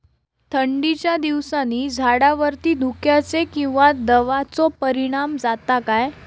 थंडीच्या दिवसानी झाडावरती धुक्याचे किंवा दवाचो परिणाम जाता काय?